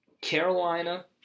Carolina